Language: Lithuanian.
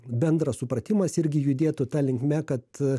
bendras supratimas irgi judėtų ta linkme kad